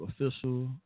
official